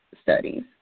studies